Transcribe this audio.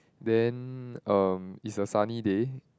then um it's a sunny day